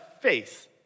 faith